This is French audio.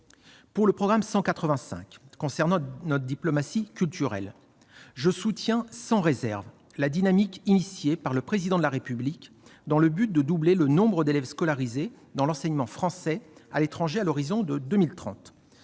du programme 185, qui concerne notre diplomatie culturelle, je soutiens sans réserve la dynamique initiée par le Président de la République dans le but de doubler le nombre d'élèves scolarisés dans l'enseignement français à l'étranger à l'horizon 2030.